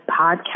podcast